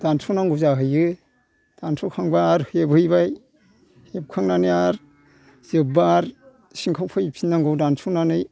दानस'नांगौ जाहैयो दानस'खांबा आरो हेबहैबाय हेबखांनानै आरो जोब्बा आरो सिंखावफैफिननांगौ दानस'नानै